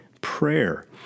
prayer